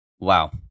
Wow